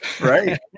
right